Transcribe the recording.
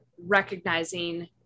recognizing